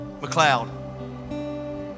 McLeod